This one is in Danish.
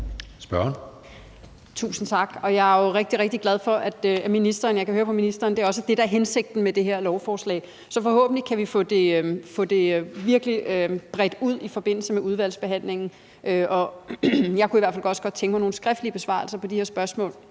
Tusind tak. Jeg er jo rigtig, rigtig glad for, at jeg kan høre på ministeren, at det også er det, der er hensigten med det her lovforslag. Så forhåbentlig kan vi virkelig få bredt det ud i forbindelse med udvalgsbehandlingen, og jeg kunne i hvert fald også godt tænke mig nogle skriftlige besvarelser af de her spørgsmål,